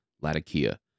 Latakia